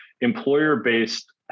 Employer-based